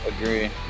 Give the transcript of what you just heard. Agree